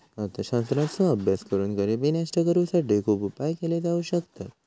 अर्थशास्त्राचो अभ्यास करून गरिबी नष्ट करुसाठी खुप उपाय केले जाउ शकतत